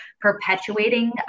perpetuating